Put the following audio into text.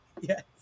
Yes